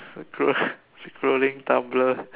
scroll scrolling Tumblr